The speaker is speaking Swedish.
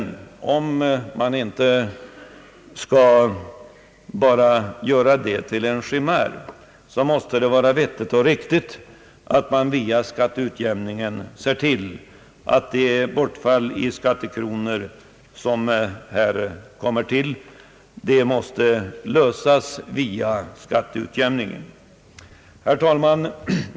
Om detta inte bara skall bli en chimär måste det sedan vara vettigt och riktigt, att man ser till att det bortfall av skattekronor som här uppstår kompenseras via skatteutjämningen. Herr talman!